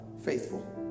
faithful